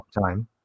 time